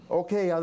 okay